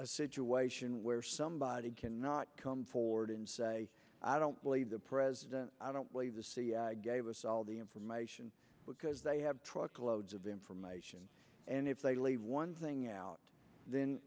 a situation where somebody cannot come forward and say i don't believe the president i don't believe the cia gave us all the information because they have truckloads of information and if they leave one thing out then